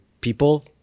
people